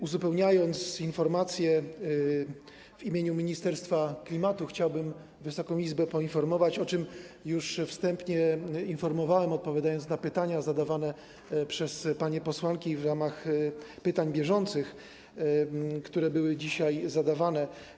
Uzupełniając informacje, w imieniu Ministerstwa Klimatu chciałbym Wysoką Izbę poinformować, o czym już wstępnie informowałem, odpowiadając na pytania zadawane przez panie posłanki w ramach pytań bieżących, które były dzisiaj zadawane.